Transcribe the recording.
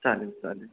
चालेल चालेल